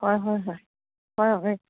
হয় হয় হয় হয় হয়